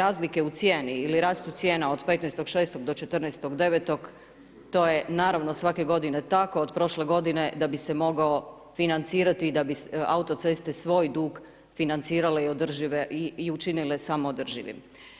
razlike u cijeni ili rastu cijena od 15.6. do 14.9. to je naravno svake godine tako od prošle godine da bi se mogao financirati i da bi autoceste svoj dug financirale i učinile samoodrživim.